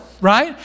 right